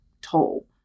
toll